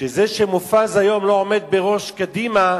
שזה שמופז היום לא עומד בראש קדימה,